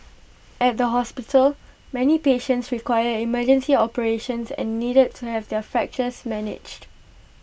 at the hospital many patients required emergency operations and needed to have their fractures managed